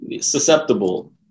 susceptible